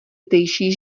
zdejší